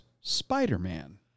Spider-Man